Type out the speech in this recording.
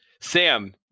Sam